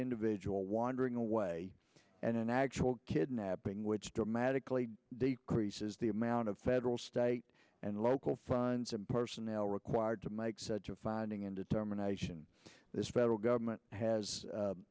individual wandering away and an actual kidnapping which dramatically decreases the amount of federal state and local funds and personnel required to make such a finding and determination this federal government has